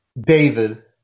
David